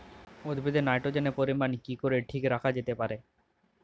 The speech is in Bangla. উদ্ভিদে নাইট্রোজেনের পরিমাণ কি করে ঠিক রাখা যেতে পারে?